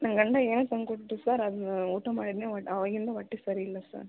ನನ್ನ ಗಂಡ ಏನೋ ತಂದು ಕೊಟ್ರು ಸರ್ ಅದು ಊಟ ಮಾಡಿದ್ದೇನೆ ಒ ಅವಾಗಿಂದ ಹೊಟ್ಟೆ ಸರಿ ಇಲ್ಲ ಸರ್